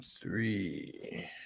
three